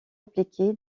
impliqué